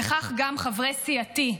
וכך גם חברי סיעתי.